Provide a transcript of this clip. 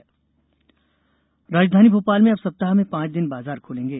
भोपाल बाजार राजधानी भोपाल में अब सप्ताह में पांच दिन बाजार खुलेंगे